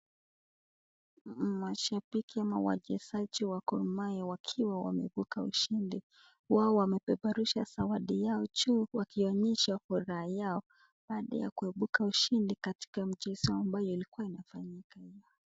Mashabiki ama wachezaji wa Gor Mahia wakiwa wameibuka ushindi. Wao wamepeperusha zawadi yao juu wakionyesha furaha yao baada ya kuibuka mshindi katika mchezo ambayo ilikuwa inafanyika.